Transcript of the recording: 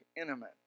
intimate